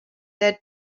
that